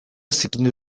zikindu